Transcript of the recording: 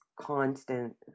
constant